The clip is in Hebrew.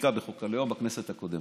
החקיקה של חוק הלאום בכנסת הקודמת.